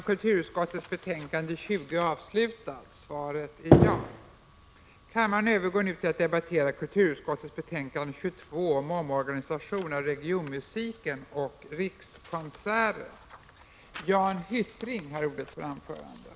Kammaren övergår nu till att debattera kulturutskottets betänkande 23 om statlig garanti för anordnande av olympiska vinterspel i Sverige 1992.